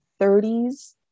30s